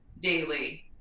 daily